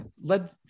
led